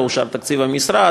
לא אושר תקציב המשרד,